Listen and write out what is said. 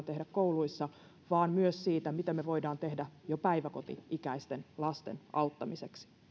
tehdä kouluissa vaan myös siitä mitä voidaan tehdä jo päiväkoti ikäisten lasten auttamiseksi